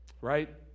Right